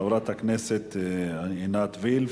מס' 5798. אני מזמין את חברת הכנסת עינת וילף.